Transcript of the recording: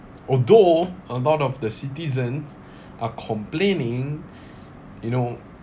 although a lot of the citizen are complaining you know